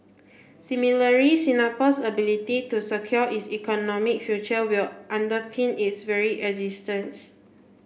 similarly Singapore's ability to secure its economic future will underpin its very